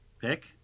pick